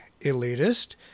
elitist